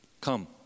Come